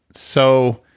so,